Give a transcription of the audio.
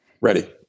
Ready